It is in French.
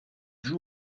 joue